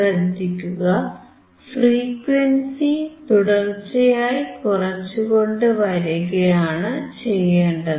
ശ്രദ്ധിക്കുക ഫ്രീക്വൻസി തുടർച്ചയായി കുറച്ചുകൊണ്ടുവരികയാണ് ചെയ്യേണ്ടത്